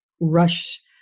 rush